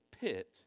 pit